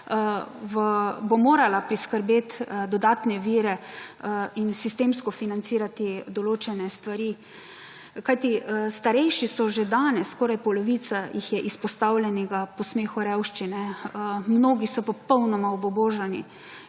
bo morala priskrbeti dodatne vire in sistemsko financirati določene stvari. Kajti, starejši so že danes, skoraj polovica jih je izpostavljenih posmehu revščine. Mnogi so popolnoma obubožani.